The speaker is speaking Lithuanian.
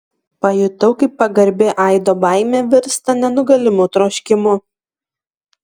pajutau kaip pagarbi aido baimė virsta nenugalimu troškimu